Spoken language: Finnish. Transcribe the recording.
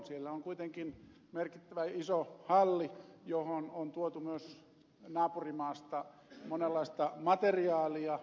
siellä on kuitenkin merkittävä iso halli johon on tuotu myös naapurimaasta monenlaista materiaalia